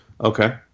okay